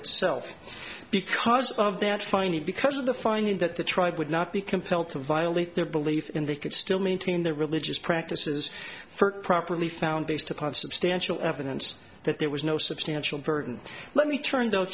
that self because of that finally because of the finding that the tribe would not be compelled to violate their belief in they could still maintain their religious practices for it properly found based upon substantial evidence that there was no substantial burden let me turn